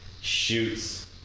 shoots